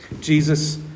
Jesus